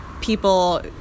people